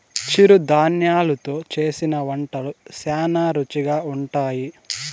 చిరుధాన్యలు తో చేసిన వంటలు శ్యానా రుచిగా ఉంటాయి